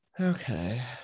Okay